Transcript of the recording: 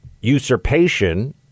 usurpation